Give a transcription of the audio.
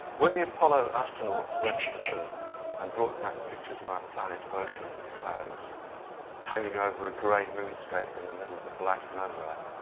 when the apollo astronauts went to the moon and brought back pictures of our planet of oceans and clouds hanging over a grey moonscape in the middle of a black nowhere,